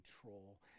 control